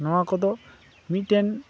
ᱱᱚᱣᱟ ᱠᱚᱫᱚ ᱢᱤᱫᱴᱮᱱ